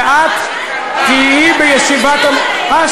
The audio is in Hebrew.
אה,